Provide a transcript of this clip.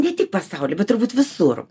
ne tik pasauly bet turbūt visur